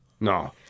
No